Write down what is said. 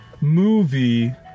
movie